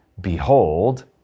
Behold